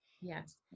Yes